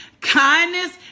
kindness